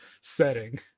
setting